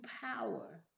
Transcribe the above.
power